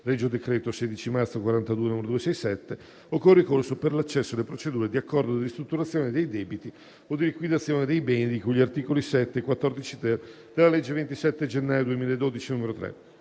regio decreto 16 marzo 1942, n. 267, o con ricorso per l'accesso alle procedure di accordo di ristrutturazione dei debiti o di liquidazione dei beni, di cui agli articoli 7 e 14-*ter* della legge 27 gennaio 2012, n. 3.